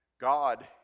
God